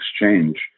exchange